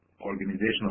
organizational